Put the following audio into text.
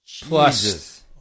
Plus